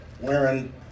wearing